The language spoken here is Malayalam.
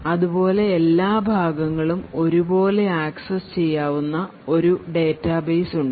അതുപോലെ എല്ലാ ഭാഗങ്ങളും ഒരുപോലെ അക്സസ്സ് ചെയ്യാവുന്ന ഒരു ഡാറ്റാബേസ് ഉണ്ട്